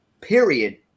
period